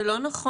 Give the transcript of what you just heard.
זה לא נכון.